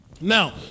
Now